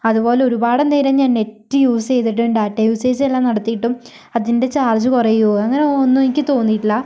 അതുപോലെ ഒരുപാട് നേരം ഞാൻ നെറ്റ് യൂസ് ചെയ്തിട്ടും ഡാറ്റ യൂസേജെല്ലാം നടത്തിയിട്ടും അതിൻ്റെ ചാർജ് കുറയുകയോ അങ്ങനെ ഒന്നും എനിക്ക് തോന്നീട്ടില്ല